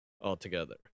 altogether